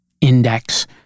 index